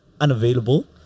unavailable